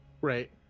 Right